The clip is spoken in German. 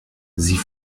sie